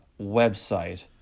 website